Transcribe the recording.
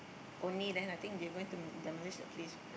only then I think they going to demolish the place